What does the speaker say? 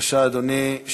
בבקשה, אדוני.